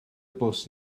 bws